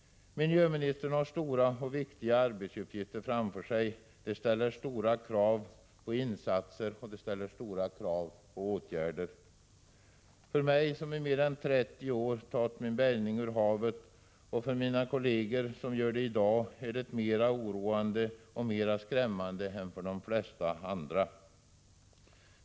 Miljöministern har stora och viktiga arbetsuppgifter framför sig. De medför stora krav på insatser och åtgärder. För mig, som i mer än 30 år har tagit min bärgning ur havet, och för mina kolleger som gör det i dag är situationen mer oroande och skrämmande än för de flesta andra.